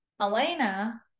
Elena